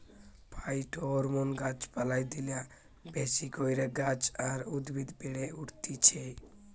phytohormone গাছ পালায় দিলা বেশি কইরা গাছ আর উদ্ভিদ বেড়ে উঠতিছে